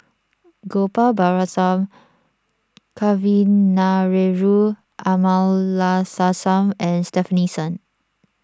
Gopal Baratham Kavignareru Amallathasan and Stefanie Sun